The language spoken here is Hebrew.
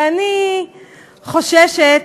ואני חוששת